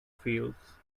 fields